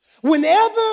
Whenever